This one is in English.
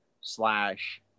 slash